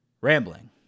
rambling